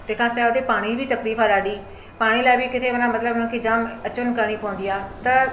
तंहिंखां सवाइ हुते पाणी बि तकलीफ़ आहे ॾाढी पाणी लाइ बि किते माना मतिलबु हुनखे जाम अचवञु करणी पोंदी आहे त